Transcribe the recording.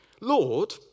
Lord